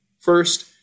First